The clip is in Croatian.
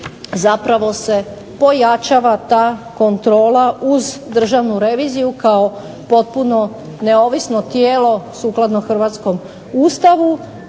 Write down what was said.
zapravo se pojačava ta kontrola uz Državnu reviziju kao potpuno neovisno tijelo sukladno hrvatskom Ustavu.